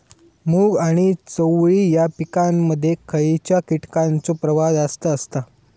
मूग आणि चवळी या पिकांमध्ये खैयच्या कीटकांचो प्रभाव जास्त असता?